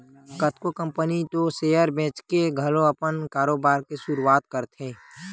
कतको कंपनी ह तो सेयर बेंचके घलो अपन कारोबार के सुरुवात करथे